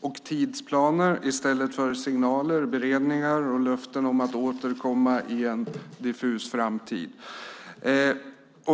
och tidsplaner i stället för signaler, beredningar och löften om att återkomma i en diffus framtid.